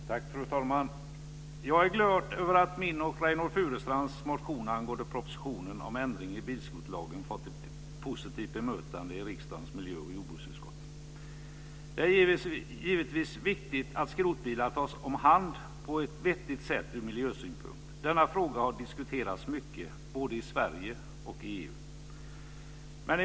Fru talman! Jag är glad att min och Reynoldh Furustrands motion angående propositionen om ändring i bilskrotningslagen fått ett positivt bemötande i riksdagens miljö och jordbruksutskott. Det är givetvis viktigt att skrotbilar tas om hand på ett vettigt sätt ur miljösynpunkt. Den frågan har diskuterats mycket, både i Sverige och i EU.